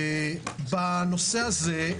ובנושא הזה,